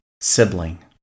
sibling